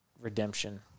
redemption